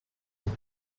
into